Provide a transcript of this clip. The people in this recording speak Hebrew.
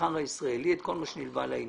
המסחר הישראלי ואת כל מה שנלווה לעניין.